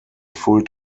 full